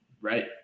right